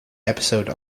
episode